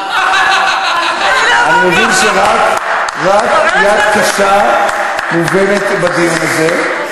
אני מבין שרק יד קשה מובנת בדיון הזה,